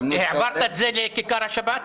העברת את זה לכיכר השבת?